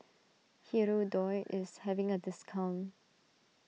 Hirudoid is having a discount